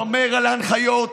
שומר על ההנחיות,